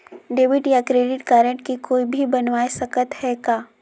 Debit या credit card के कोई भी बनवाय सकत है का?